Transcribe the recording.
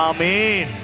Amen